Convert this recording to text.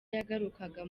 yagarukaga